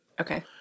Okay